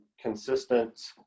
consistent